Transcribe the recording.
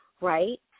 right